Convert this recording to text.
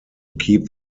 keep